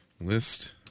List